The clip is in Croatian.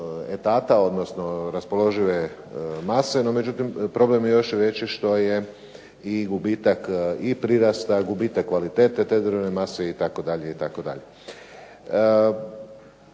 etapa, odnosno raspoložive mase. No međutim, problem je još veći što je i gubitak i prirasta, gubitak te drvne mase itd.